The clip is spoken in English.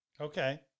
Okay